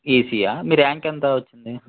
ఈసీఈయా మీ ర్యాంక్ ఎంత వచ్చింది